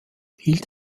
hielt